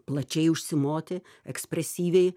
plačiai užsimoti ekspresyviai